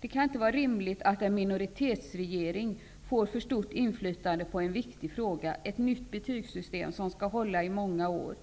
Det kan inte vara rimligt att en minoritetsregering får för stort inflytande i en så viktig fråga som gäller ett nytt betygssystem som skall hålla i många år.